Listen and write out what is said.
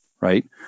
right